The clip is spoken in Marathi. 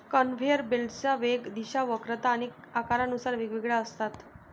कन्व्हेयर बेल्टच्या वेग, दिशा, वक्रता आणि आकारानुसार वेगवेगळ्या असतात